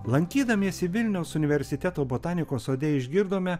lankydamiesi vilniaus universiteto botanikos sode išgirdome